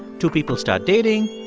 two people start dating.